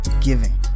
giving